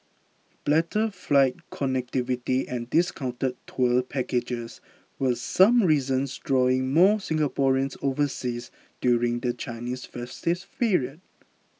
better flight connectivity and discounted tour packages were some reasons drawing more Singaporeans overseas during the Chinese festive period